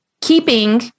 keeping